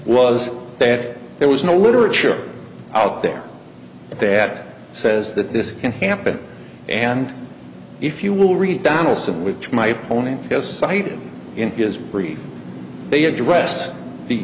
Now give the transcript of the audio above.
was that there was no literature out there that says that this can happen and if you will read donalson which my opponent has cited in his brief they address the